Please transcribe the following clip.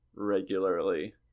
regularly